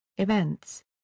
Events